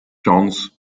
johns